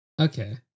Okay